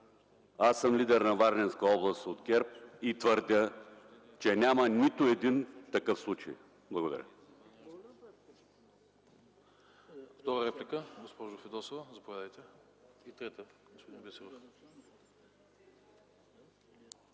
Аз съм лидер на Варненска област от ГЕРБ и твърдя, че няма нито един такъв случай. Благодаря.